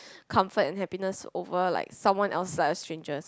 comfort and happiness over like someone else's like a stranger's